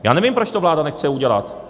Já nevím, proč to vláda nechce udělat.